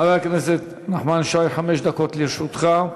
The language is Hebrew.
חבר הכנסת נחמן שי, חמש דקות לרשותך.